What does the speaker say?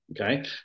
okay